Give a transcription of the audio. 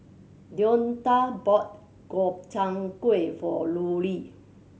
Deonta bought Gobchang Gui for Lulie